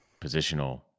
positional